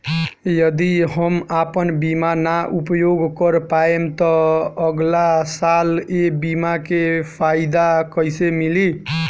यदि हम आपन बीमा ना उपयोग कर पाएम त अगलासाल ए बीमा के फाइदा कइसे मिली?